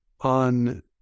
on